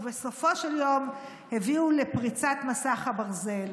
ובסופו של יום הביאו לפריצת מסך הברזל.